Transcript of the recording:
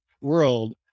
world